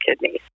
kidneys